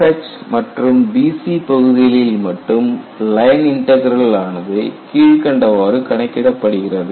FH மற்றும் BC பகுதிகளில் மட்டும் லைன் இன்டக்ரலானது கீழ்க்கண்டவாறு கணக்கிடப்படுகிறது